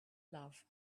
love